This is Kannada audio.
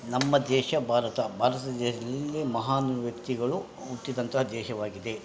ನಮ್ಮ ದೇಶ ಭಾರತ ಭಾರತ ದೇಶದಲ್ಲಿ ಮಹಾನ್ ವ್ಯಕ್ತಿಗಳು ಹುಟ್ಟಿದಂತಹ ದೇಶವಾಗಿದೆ